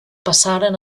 passaren